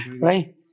right